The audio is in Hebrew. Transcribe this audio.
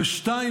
ושתיים,